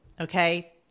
Okay